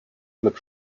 clubs